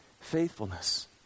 faithfulness